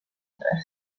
metres